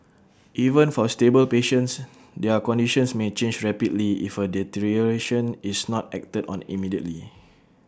even for stable patients their conditions may change rapidly if A deterioration is not acted on immediately